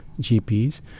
GPs